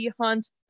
Hunt